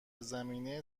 زمینه